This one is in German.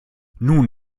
nun